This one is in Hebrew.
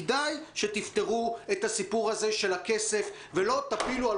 כדאי שתפתרו את הסיפור הזה של הכסף ולא תפילו על